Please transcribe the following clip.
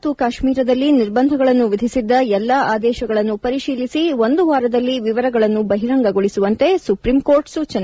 ಜಮ್ನು ಮತ್ತು ಕಾಶ್ನೀರದಲ್ಲಿ ನಿರ್ಬಂಧಗಳನ್ನು ವಿಧಿಸಿದ್ದ ಎಲ್ಲಾ ಆದೇಶಗಳನ್ನು ಪರಿಶೀಲಿಸಿ ಒಂದು ವಾರದಲ್ಲಿ ವಿವರಗಳನ್ನು ಬಹಿರಂಗಗೊಳಿಸುವಂತೆ ಸುಪ್ರೀಂಕೋರ್ಟ್ ಸೂಚನೆ